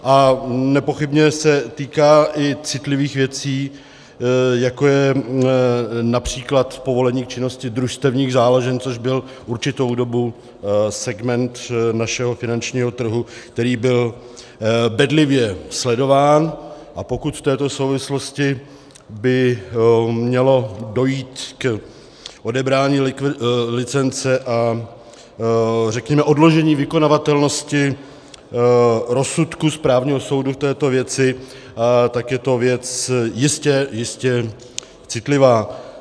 A nepochybně se týká i citlivých věcí, jako je například povolení k činnosti družstevních záložen, což byl určitou dobu segment našeho finančního trhu, který byl bedlivě sledován, a pokud v této souvislosti by mělo dojít k odebrání licence a řekněme odložení vykonavatelnosti rozsudku správního soudu v této věci, tak je to věc jistě, jistě citlivá.